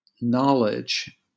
knowledge